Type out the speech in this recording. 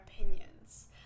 opinions